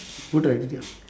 good idea